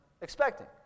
expecting